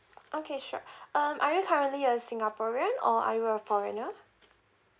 okay sure um are you currently a singaporean or are you a foreigner